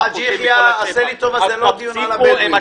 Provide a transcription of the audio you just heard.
חאג' יחיא, עשה לי טובה זה לא הדיון על הבדואים.